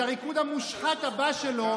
את הריקוד המושחת הבא שלו,